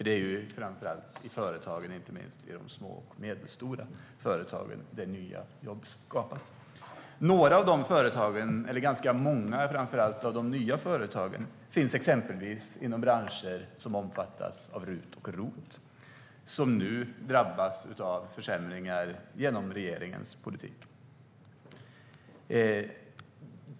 Det är nämligen framför allt i företagen, inte minst de små och medelstora, nya jobb skapas. Några av de företagen - eller ganska många, framför allt när det gäller de nya företagen - finns exempelvis inom branscher som omfattas av RUT och ROT. De drabbas nu av försämringar genom regeringens politik.